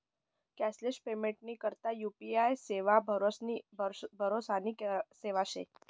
cashless पेमेंटनी करता UPI सेवा भरोसानी सेवा शे